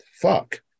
fuck